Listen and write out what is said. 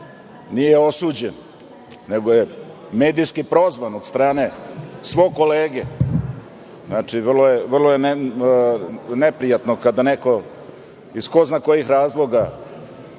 Nije osuđen nego je medijski prozvan od strane svog kolege. Vrlo je neprijatno kada neko, iz ko zna kojih razloga